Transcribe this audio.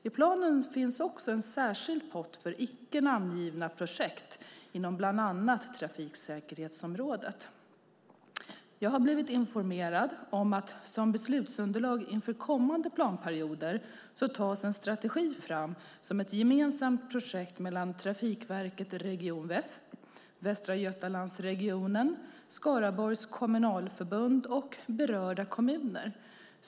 I planen finns också en särskild pott för icke namngivna projekt inom bland annat trafiksäkerhetsområdet. Jag har blivit informerad om att som beslutsunderlag inför kommande planperioder tas en strategi fram som ett gemensamt projekt mellan Trafikverket Region Väst, Västra Götalandsregionen, Skaraborgs kommunalförbund och berörda kommuner.